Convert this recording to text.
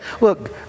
look